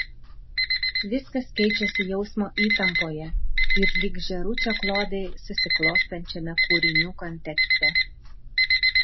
viskas keičiasi jausmo įtampoje ir lyg žėručio klodai susiklostančiame kūrinių kontekste